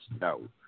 no